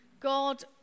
God